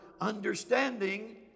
understanding